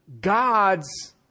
God's